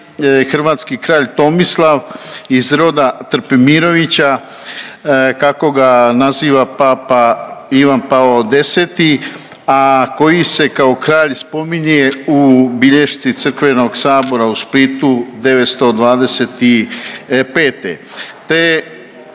hrvatski kralj Tomislav iz roda Trpimirovića kako ga naziva papa Ivan Pavao X, a koji se kao kralj spominje u bilješci crkvenog sabora u Splitu 925. Te